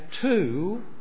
two